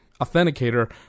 authenticator